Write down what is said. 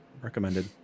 recommended